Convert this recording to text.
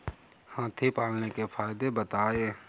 हाथी पालने के फायदे बताए?